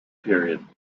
period